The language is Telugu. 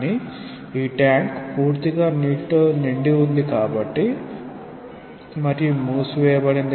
కానీ ఈ ట్యాంక్ పూర్తిగా నీటితో నిండి ఉంది మరియు మూసివేయబడింది